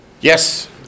Yes